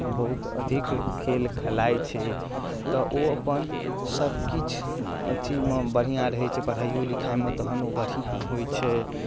बहुत अधिक खेल खेलाइ छै तऽ ओ अपन सबकिछु अथीमे बढ़िआँ रहै छै पढ़ाइओ लिखाइमे तहन ओ बढ़िआँ होइ छै